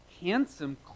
handsome